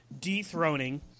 dethroning